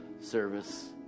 service